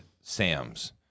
Sam's